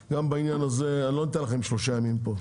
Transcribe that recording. גם בעניין הזה, אני לא נותן לכם שלושה ימים פה.